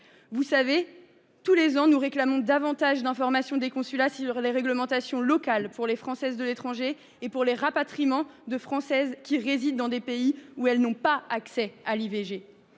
de France. Tous les ans, nous réclamons davantage d’informations de la part des consulats sur les réglementations locales pour les Françaises de l’étranger et pour les rapatriements de Françaises qui résident dans des pays où elles n’ont pas accès à l’IVG.